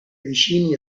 vicini